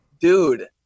Dude